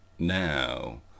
Now